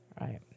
Right